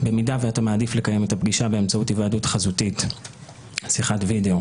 אם אתה מעדיף לקיים את הפגישה באמצעות היוועדות חזותית (שיחת וידאו)